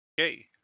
okay